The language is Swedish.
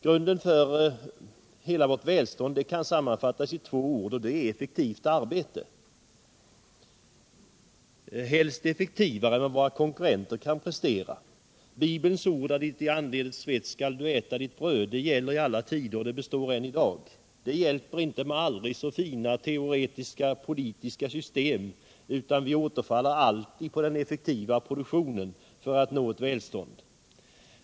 Grunden för hela vårt välstånd kan sammanfattas i två ord, och det är effektivt arbete — helst effektivare än vad våra konkurrenter kan prestera. Bibelns ord ”Du skall äta ditt bröd i ditt anletes svett” gäller i alla tider, det består än i dag. Det hjälper inte med aldrig så fina teoretiska politiska system — vi återfaller alltid på den effektiva produktionen för att nå ett välstånd.